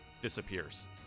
disappears